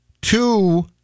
two